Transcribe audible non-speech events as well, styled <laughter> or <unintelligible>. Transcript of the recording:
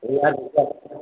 अरे यार <unintelligible>